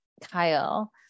Kyle